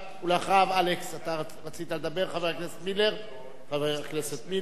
אחריו, אלכס, אתה רצית לדבר, חבר הכנסת מילר.